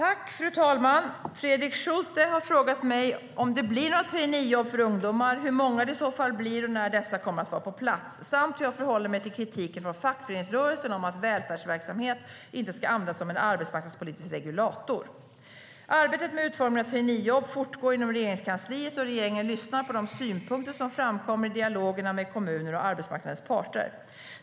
Fru talman! Fredrik Schulte har frågat mig om det blir några traineejobb för ungdomar, hur många det i så fall blir och när dessa kommer att vara på plats samt hur jag förhåller mig till kritiken från fackföreningsrörelsen om att välfärdsverksamhet inte ska användas som arbetsmarknadspolitisk regulator. Arbetet med utformningen av traineejobb fortgår inom Regeringskansliet, och regeringen lyssnar på de synpunkter som framkommer i dialogerna med kommuner och arbetsmarknadens parter.